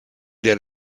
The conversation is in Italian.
del